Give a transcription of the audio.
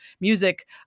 music